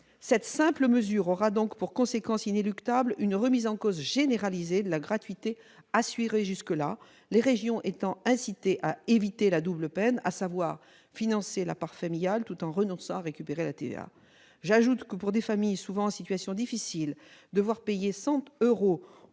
cette simple mesure aura donc pour conséquence inéluctable une remise en cause généralisée de la « gratuité » assurée jusque-là, les régions étant incitées à éviter la « double peine », à savoir financer la part familiale tout en renonçant à récupérer la TVA. J'ajoute que, pour des familles souvent en situation difficile, devoir payer 100 euros